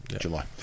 July